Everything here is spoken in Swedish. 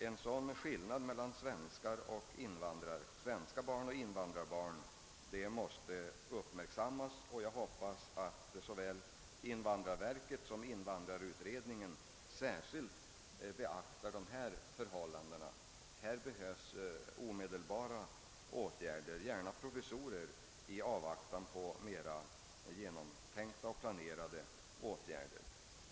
En sådan skillnad mellan svenska barn och invandrarbarn måste uppmärksammas. Jag hoppas att såväl invandrarverket som invandrarutredningen «särskilt beaktar dessa förhållanden. Det behövs omedelbara åtgärder på dessa områden, gärna provisorier i avvaktan på mera genomtänkta och planerade insatser.